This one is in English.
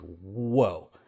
whoa